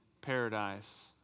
paradise